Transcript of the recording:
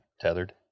tethered